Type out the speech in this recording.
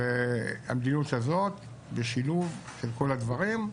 המדיניות הזאת בשילוב של כל הדברים.